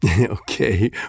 Okay